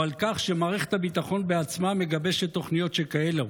או על כך שמערכת הביטחון בעצמה מגבשת תוכניות שכאלה?